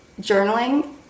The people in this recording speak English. journaling